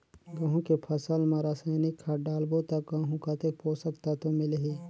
गंहू के फसल मा रसायनिक खाद डालबो ता गंहू कतेक पोषक तत्व मिलही?